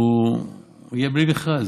הוא יהיה בלי מכרז.